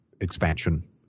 expansion